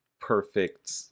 perfect